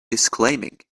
disclaiming